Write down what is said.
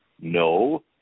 No